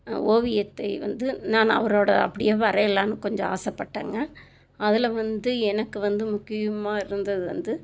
ஓவியத்தை வந்து நான் அவரோடய அப்படியே வரையலாம்னு கொஞ்சம் ஆசைப்பட்டங்க அதில் வந்து எனக்கு வந்து முக்கியமாக இருந்தது வந்து